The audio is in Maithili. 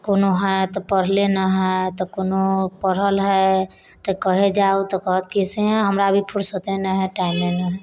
कोनो हय तऽ पढ़ले नहि हय तऽ कोनो पढ़ल हय तऽ कहीं जाउ तऽ कहत कि से हमरा फुरसते नहि हय टाइमे नहि हय